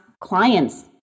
clients